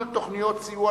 התעשייה,